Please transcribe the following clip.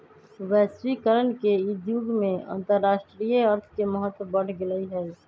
वैश्वीकरण के इ जुग में अंतरराष्ट्रीय अर्थ के महत्व बढ़ गेल हइ